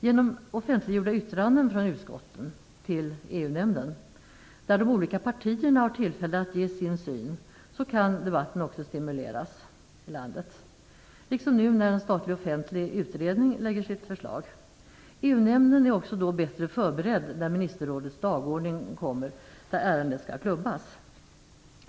Genom offentliggjorda yttranden från utskotten till EU-nämnden, där de olika partierna har tillfälle att ge sin syn, kan debatten i landet också stimuleras, liksom nu när en statlig offentlig utredning lägger fram sitt förslag. EU nämnden är då också bättre förberedd när ministerrådets dagordning kommer då ärendet skall klubbas.